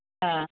ആ